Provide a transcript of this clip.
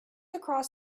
across